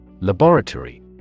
Laboratory